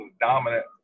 dominant